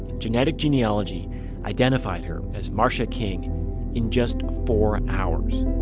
genetic genealogy identified her as marcia king in just four and hours